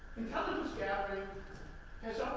intelligence gathering has